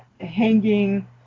hanging